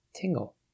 tingle